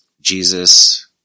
Jesus